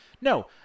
No